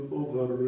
over